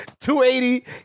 280